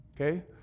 Okay